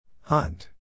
Hunt